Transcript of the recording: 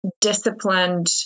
disciplined